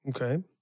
Okay